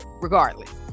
regardless